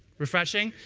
refreshing?